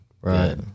Right